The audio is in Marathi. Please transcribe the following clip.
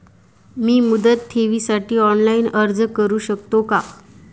मी मुदत ठेवीसाठी ऑनलाइन अर्ज करू शकतो का?